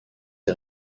est